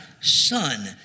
son